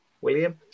William